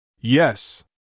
Yes